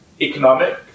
economic